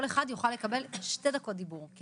כל אחד יוכל לקבל 2 דקות דיבור כי